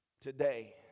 Today